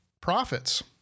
profits